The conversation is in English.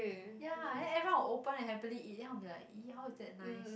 ya and then everyone will open and happily eat then I'll be like !ee! how is that nice